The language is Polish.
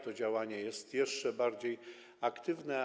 To działanie jest jeszcze bardziej aktywne.